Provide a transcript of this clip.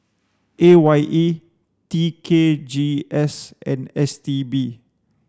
A Y E T K G S and S T B